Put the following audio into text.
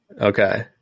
Okay